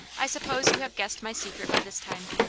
i suppose you have guessed my secret by this time?